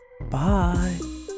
Bye